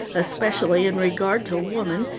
especially in regard to woman,